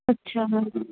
अच्छा